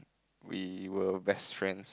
we were best friends